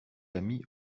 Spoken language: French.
amis